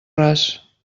ras